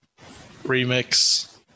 Remix